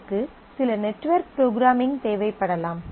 இதற்கு சில network programming தேவைப்படலாம்